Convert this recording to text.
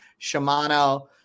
Shimano